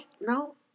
no